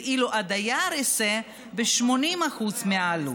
ואילו הדייר יישא ב-80% מהעלות.